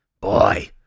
Boy